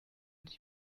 die